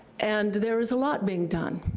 and there is a lot being done,